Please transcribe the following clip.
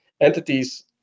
entities